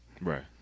Right